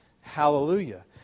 Hallelujah